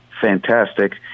fantastic